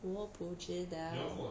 我不知道